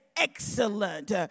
excellent